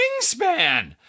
Wingspan